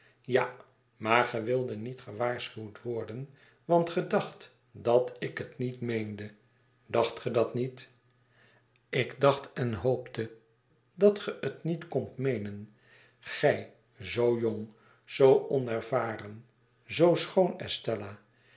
ja maar ge wildet niet gewaarschuwd worden want ge dacht dat ik het niet meende dacht ge dat niet ik dacht en hoopte dat ge het niet kondt meenen gij zoo jong zoo onervaren zoo schoon estella